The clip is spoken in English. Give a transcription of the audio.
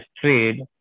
trade